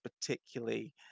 particularly